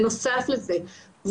בנוסף לכך,